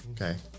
Okay